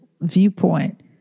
viewpoint